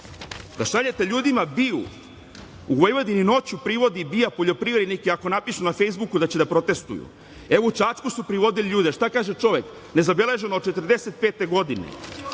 da šaljete ljudima BIA. U Vojvodini noću BIA privodi poljoprivrednike ako napišu na Fejsbuku da će da protestvuju. U Čačku su privodili ljude. Šta kaže čovek – nezabeleženo od 1945. godine.